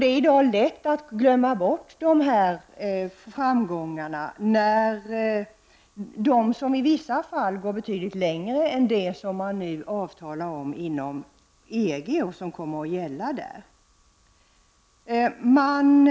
Det är i dag lätt att glömma bort dessa framgångar trots att de i vissa fall går betydligt längre än de avtal som nu träffas inom EG och som kommer att gälla mellan EG-staterna.